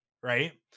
right